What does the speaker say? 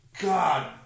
God